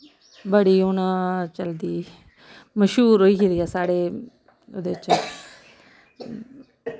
बड़ी हून चलदी मश्हूर होई गेदी ऐ साढ़े एह्दे च